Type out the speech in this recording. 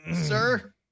sir